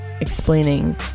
explaining